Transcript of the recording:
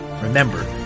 Remember